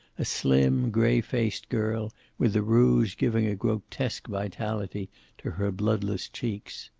a slim, gray-faced girl with the rouge giving a grotesque vitality to her bloodless cheeks.